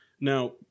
Now